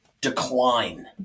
decline